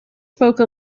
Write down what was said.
spoke